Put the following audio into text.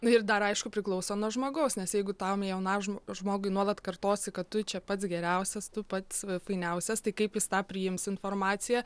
nu ir dar aišku priklauso nuo žmogaus nes jeigu tam jaunam žmogui nuolat kartosi kad tu čia pats geriausias tu pats fainiausias tai kaip jis tą priims informaciją